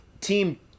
team